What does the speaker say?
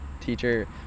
teacher